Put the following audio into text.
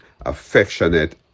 affectionate